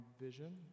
vision